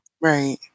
Right